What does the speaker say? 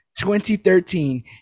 2013